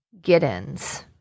Giddens